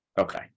Okay